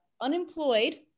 unemployed